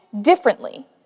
differently